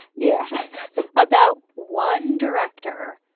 yeah about one director,